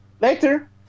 Later